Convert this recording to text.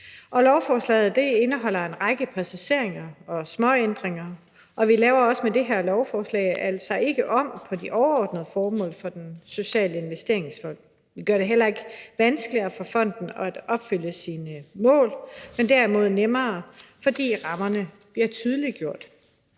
og lovforslaget indeholder en række præciseringer og småændringer. Vi laver altså ikke med det her lovforslag om på de overordnede formål for Den Sociale Investeringsfond. Vi gør det heller ikke vanskeligere for fonden at opfylde sine mål, men derimod nemmere, fordi rammerne bliver tydeliggjort.